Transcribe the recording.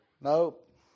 Nope